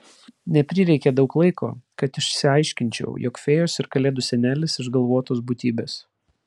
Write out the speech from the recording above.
neprireikė daug laiko kad išsiaiškinčiau jog fėjos ir kalėdų senelis išgalvotos būtybės